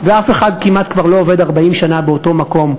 ואף אחד כמעט כבר לא עובד 40 שנה באותו מקום,